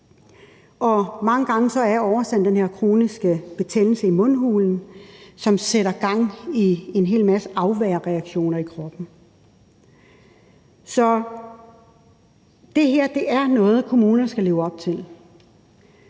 mange gange er årsagen den her kroniske betændelse i mundhulen, som sætter gang i en hel masse afværgereaktioner i kroppen. Så det her er noget, som kommunerne skal leve op til.